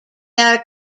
are